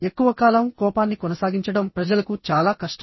ఎక్కువ కాలం కోపాన్ని కొనసాగించడం ప్రజలకు చాలా కష్టం